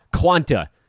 quanta